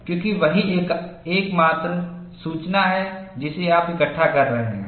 क्योंकि वही एकमात्र सूचना है जिसे आप इकट्ठा कर रहे हैं